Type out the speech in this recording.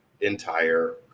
entire